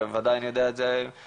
וודאי אני יודע את זה ממני,